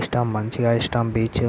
ఇష్టం మంచిగా ఇష్టం బీచ్